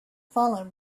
fallen